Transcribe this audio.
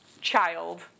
child